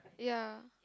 ya